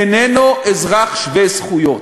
איננו אזרח שווה-זכויות?